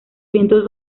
vientos